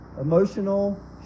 emotional